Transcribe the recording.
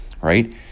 right